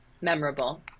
memorable